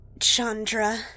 Chandra